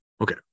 Okay